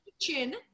kitchen